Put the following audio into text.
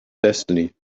destiny